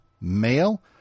male